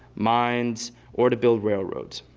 mines or to build railroads.